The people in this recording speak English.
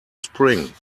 spring